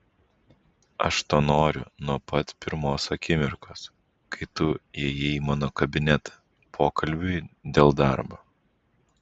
aš to noriu nuo pat pirmos akimirkos kai tu įėjai į mano kabinetą pokalbiui dėl darbo